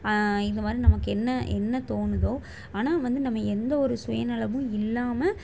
இந்த மாதிரி நமக்கு என்ன என்ன தோணுதோ ஆனால் வந்து நம்ம எந்த ஒரு சுயநலமும் இல்லாமல்